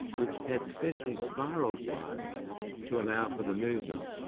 which had specially spiralled wires to allow for the movement.